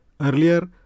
Earlier